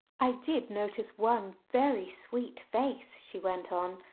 i did notice one very sweet face, she went on,